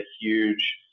huge